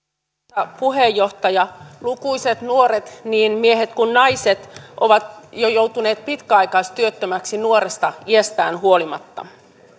arvoisa puheenjohtaja lukuisat nuoret niin miehet kuin naiset ovat jo joutuneet pitkäaikaistyöttömiksi nuoresta iästään huolimatta